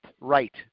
right